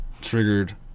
triggered